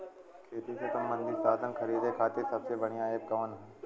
खेती से सबंधित साधन खरीदे खाती सबसे बढ़ियां एप कवन ह?